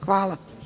Hvala.